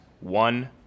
one